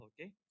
Okay